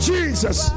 Jesus